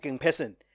person